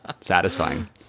satisfying